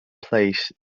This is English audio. place